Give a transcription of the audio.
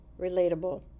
relatable